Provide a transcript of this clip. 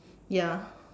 ya